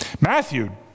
Matthew